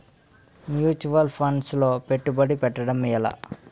Mutual funds లో పెట్టుబడి పెట్టడం ఎలా?